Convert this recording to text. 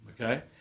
okay